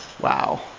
Wow